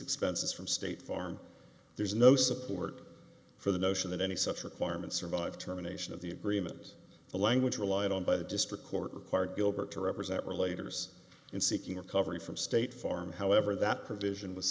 expenses from state farm there's no support for the notion that any such requirement survive terminations of the agreement the language relied on by the district court required gilbert to represent relatedness in seeking recovery from state farm however that provision was